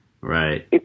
Right